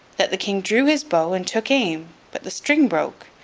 that the king drew his bow and took aim, but the string broke.